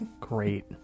Great